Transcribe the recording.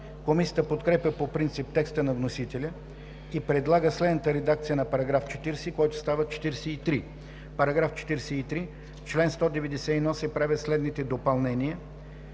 Комисията подкрепя по принцип текста на вносителя и предлага следната редакция на § 40, който става § 43: „§ 43. В чл. 191 се правят следните допълнения: